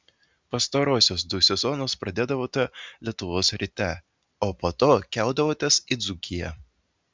pastaruosius du sezonus pradėdavote lietuvos ryte o po to keldavotės į dzūkiją